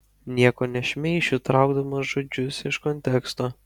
nieko nešmeišiu traukdamas žodžius iš konteksto